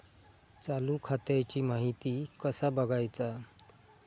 चालू खात्याची माहिती कसा बगायचा?